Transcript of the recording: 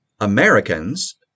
Americans